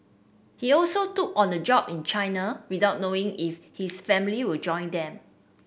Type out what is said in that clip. he also took on the job in China without knowing if his family will join them